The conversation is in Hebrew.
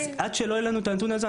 אז עד שלא יהיה לנו את הנתון הזה,